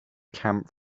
camp